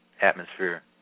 atmosphere